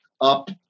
up